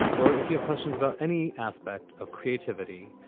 or if you have questions about any aspect of creativity,